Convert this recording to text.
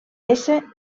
ésser